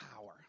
power